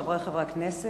חברי חברי הכנסת,